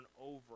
over